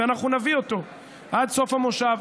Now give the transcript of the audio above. ואנחנו נביא אותו עד סוף המושב,